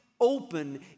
Open